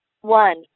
one